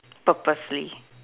purposely